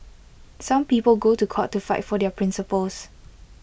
some people go to court to fight for their principles